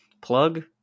plug